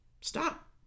stop